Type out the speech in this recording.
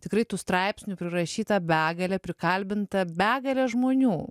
tikrai tų straipsnių prirašyta begalė prikalbinta begalė žmonių